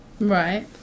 right